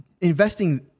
investing